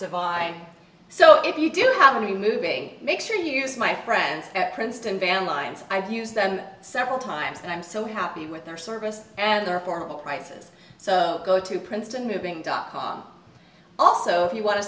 divide so if you do have a movie make sure you use my friends at princeton van lines i've used and several times and i'm so happy with their service and their formal prices so go to princeton moving dot com also if you want to